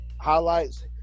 highlights